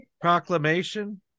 Proclamation